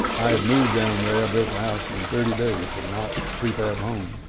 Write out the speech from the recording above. i had moved down there, built a house in thirty days, a knox prefab home,